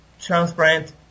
transparent